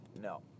no